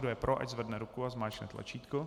Kdo je pro, ať zvedne ruku a zmáčkne tlačítko.